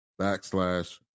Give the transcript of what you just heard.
backslash